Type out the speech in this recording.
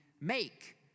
make